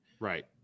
Right